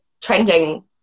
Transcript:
trending